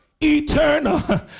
eternal